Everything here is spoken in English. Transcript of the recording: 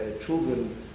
children